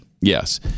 Yes